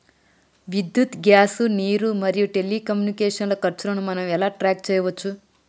విద్యుత్ గ్యాస్ నీరు మరియు టెలికమ్యూనికేషన్ల ఖర్చులను మనం ఎలా ట్రాక్ చేయచ్చు?